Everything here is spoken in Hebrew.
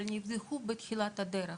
אבל הן נבדקו בתחילת הדרך.